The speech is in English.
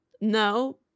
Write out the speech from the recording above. no